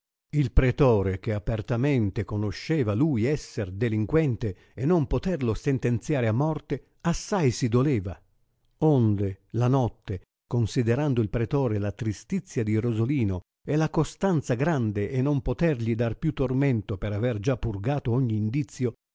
il pretore che apertamente conosceva lui esser delinquente e non poterlo sentenziare a morte assai si doleva onde la notte considerando il pretore la tristizia di rosolino e la costanza grande e non potergli dar più tormento per aver già purgato ogni indizio